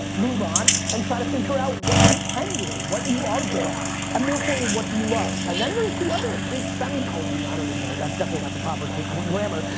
move on and try to figure out what you can do, what you are good at and more importantly what do you love? and then there's the other big semicolon, i don't know that's definitely not the proper grammar,